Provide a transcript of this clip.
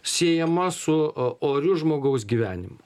siejama su o oriu žmogaus gyvenimu